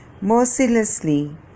mercilessly